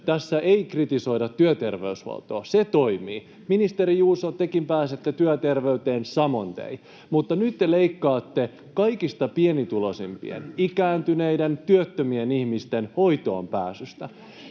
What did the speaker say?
tässä ei kritisoida työterveyshuoltoa, se toimii. Ministeri Juuso, tekin pääsette työterveyteen samoin tein. Mutta nyt te leikkaatte kaikista pienituloisimpien, ikääntyneiden, työttömien ihmisten hoitoonpääsystä.